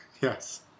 Yes